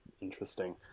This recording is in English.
Interesting